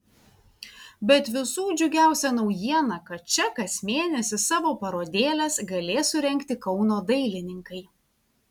bet visų džiugiausia naujiena kad čia kas mėnesį savo parodėles galės surengti kauno dailininkai